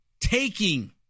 taking